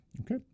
okay